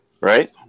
Right